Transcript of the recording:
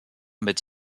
mit